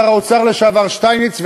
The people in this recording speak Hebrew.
שר האוצר לשעבר שטייניץ,